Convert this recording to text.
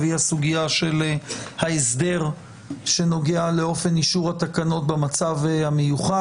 והיא הסוגיה של ההסדר שנוגע לאופן אישור התקנות במצב המיוחד.